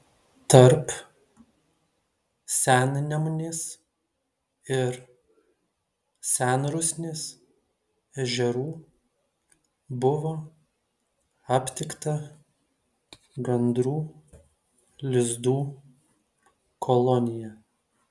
tarp sennemunės ir senrusnės ežerų buvo aptikta gandrų lizdų kolonija